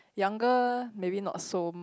younger maybe not so